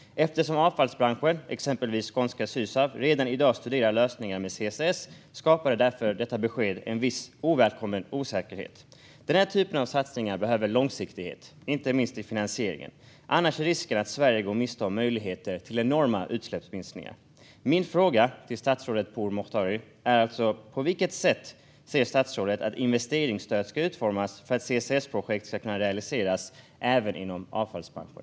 Eftersom avfallsbranschen, exempelvis skånska Sysav, redan i dag studerar lösningar med CCS skapar detta besked viss ovälkommen osäkerhet. Denna typ av satsningar behöver långsiktighet, inte minst i finansieringen. Annars är risken att Sverige går miste om möjligheter till enorma utsläppsminskningar. Min fråga till statsrådet Pourmokhtari är därför på vilket sätt statsrådet ser att investeringsstödet ska utformas för att CCS-projekt ska kunna realiseras även inom avfallsbranschen.